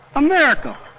america!